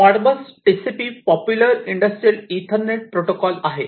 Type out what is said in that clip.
Modbus TCP popular industrial Ethernet protocol आहे